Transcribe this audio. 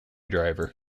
driver